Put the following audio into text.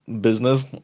business